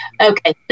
okay